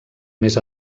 més